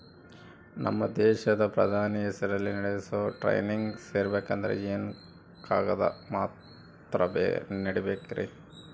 ನಮ್ಮ ದೇಶದ ಪ್ರಧಾನಿ ಹೆಸರಲ್ಲಿ ನಡೆಸೋ ಟ್ರೈನಿಂಗ್ ಸೇರಬೇಕಂದರೆ ಏನೇನು ಕಾಗದ ಪತ್ರ ನೇಡಬೇಕ್ರಿ?